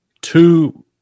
two